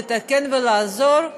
לתקן ולעזור,